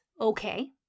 Okay